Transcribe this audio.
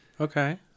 Okay